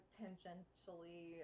tangentially